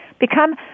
Become